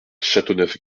châteauneuf